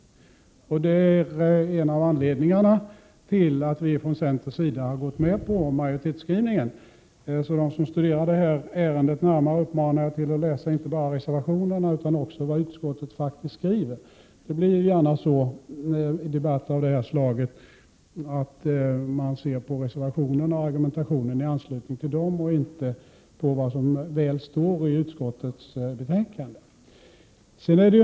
Det är en av anledningarna till att vi från centerns sida har anslutit oss till majoritetsskrivningen. Jag uppmanar därför dem som studerar detta ärende närmare att inte bara läsa reservationerna utan också vad utskottet skriver. I sådana här debatter blir det gärna så att man läser reservationerna och argumentationen i anslutning till dem och inte vad utskottet skriver.